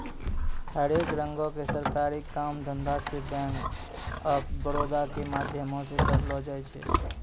हरेक रंगो के सरकारी काम धंधा के बैंक आफ बड़ौदा के माध्यमो से करलो जाय छै